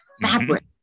fabric